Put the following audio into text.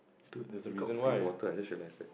dude we got free water I just realise that